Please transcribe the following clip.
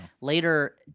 later